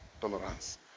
tolerance